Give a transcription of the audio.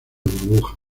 burbuja